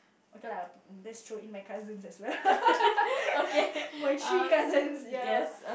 okay lah that's true in my cousins as well my three cousins ya